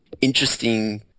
interesting